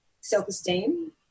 self-esteem